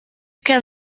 can